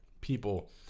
people